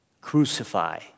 Crucify